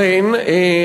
אכן,